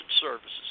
Services